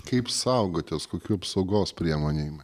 kaip saugotės kokių apsaugos priemonių